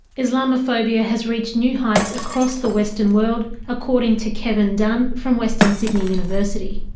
islamophobia has reached new heights across the western world, according to kevin dunn from western sydney university.